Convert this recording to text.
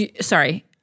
Sorry